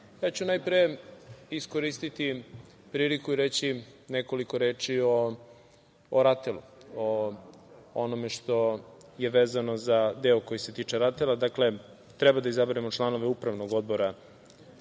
ću najpre iskoristiti priliku i reći nekoliko reči o RATEL, o onome što je vezano za deo koji se tiče RATEL. Dakle, treba da izaberemo članove upravnog odbora